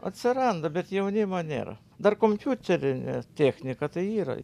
atsiranda bet jaunimo nėra dar kompiuterinė technika tai yra